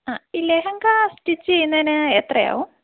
ആ ഈ ലെഹങ്ക സ്റ്റിച്ച് ചെയ്യുന്നതിന് എത്രയാവും